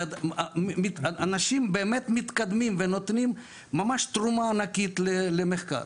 ואנשים באמת מתקדמים ונותנים ממש תרומה ענקית למחקר